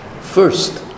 first